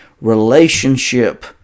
relationship